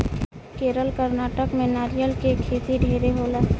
केरल, कर्नाटक में नारियल के खेती ढेरे होला